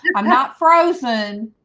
i'm not frozen